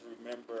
remember